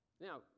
Now